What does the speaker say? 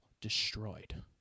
destroyed